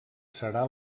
serà